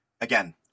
Again